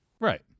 Right